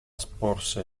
sporse